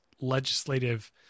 legislative